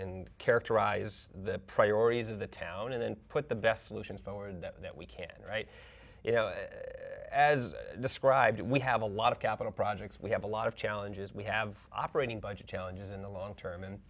in characterize the priorities of the town and put the best solutions forward that we can right you know as described we have a lot of capital projects we have a lot of challenges we have operating budget challenges in the long term and